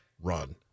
run